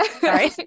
Sorry